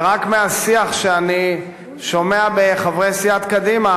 ורק מהשיח שאני שומע מחברי סיעת קדימה,